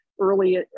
early